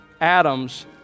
Adam's